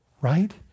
Right